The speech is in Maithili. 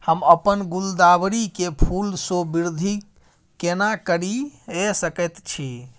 हम अपन गुलदाबरी के फूल सो वृद्धि केना करिये सकेत छी?